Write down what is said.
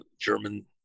German